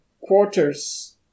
quarters